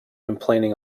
complaining